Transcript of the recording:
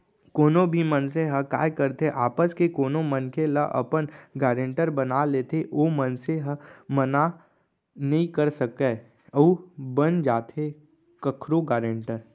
कोनो भी मनसे ह काय करथे आपस के कोनो मनखे ल अपन गारेंटर बना लेथे ओ मनसे ह मना नइ कर सकय अउ बन जाथे कखरो गारेंटर